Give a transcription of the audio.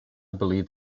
believe